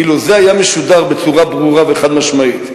אילו זה היה משודר בצורה ברורה וחד-משמעית,